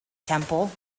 temple